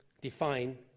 define